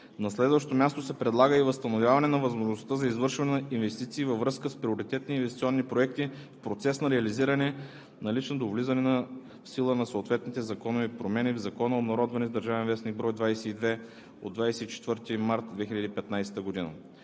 На следващо място се предлага и възстановяване на възможността за извършване на инвестиции във връзка с приоритетни инвестиционни проекти в процес на реализиране, налични до влизане в сила на съответните законови промени в Закона, обнародвани в „Държавен вестник“, бр.